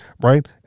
right